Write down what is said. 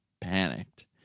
panicked